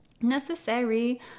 necessary